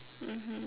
mmhmm